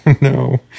no